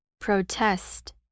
Protest